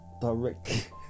direct